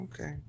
Okay